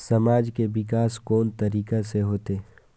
समाज के विकास कोन तरीका से होते?